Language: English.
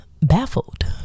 baffled